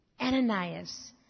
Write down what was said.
Ananias